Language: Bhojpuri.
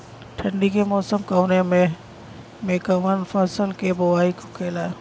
ठंडी के मौसम कवने मेंकवन फसल के बोवाई होखेला?